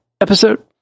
episode